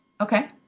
Okay